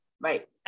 Right